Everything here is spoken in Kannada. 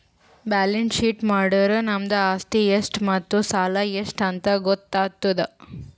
ಬ್ಯಾಲೆನ್ಸ್ ಶೀಟ್ ಮಾಡುರ್ ನಮ್ದು ಆಸ್ತಿ ಎಷ್ಟ್ ಮತ್ತ ಸಾಲ ಎಷ್ಟ್ ಅಂತ್ ಗೊತ್ತಾತುದ್